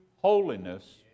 holiness